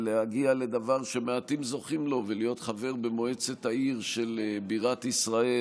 להגיע לדבר שמעטים זוכים לו ולהיות חבר במועצת העיר של בירת ישראל,